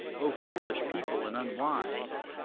o foolish people and unwise?